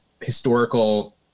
historical